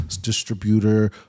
distributor